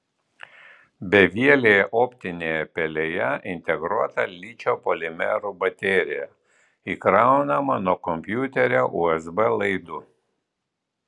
bevielėje optinėje pelėje integruota ličio polimerų baterija įkraunama nuo kompiuterio usb laidu